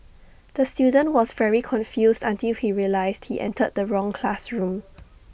the student was very confused until he realised he entered the wrong classroom